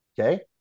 okay